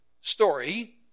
story